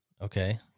Okay